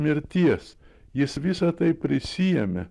mirties jis visa tai prisiėmė